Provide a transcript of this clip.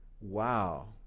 Wow